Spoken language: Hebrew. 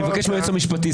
אני מבקש מהיועץ המשפטי.